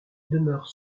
demeure